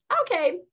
okay